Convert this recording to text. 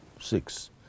six